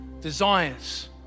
desires